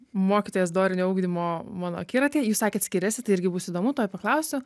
mokytojas dorinio ugdymo mano akiratyje jūs sakėt skiriasi tai irgi bus įdomu tuoj paklausiu